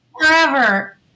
Forever